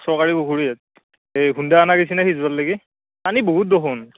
চৰকাৰী পুখুৰীত এই হুন্দা আনা গেইছি না সিচঁবাক লেগি পানী বহুত দুখুন